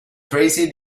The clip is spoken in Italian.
tracy